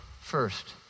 first